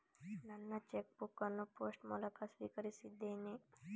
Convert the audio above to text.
ನನ್ನ cheque book ಅನ್ನು post ಮೂಲಕ ಸ್ವೀಕರಿಸಿದ್ದೇನೆ